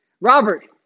Robert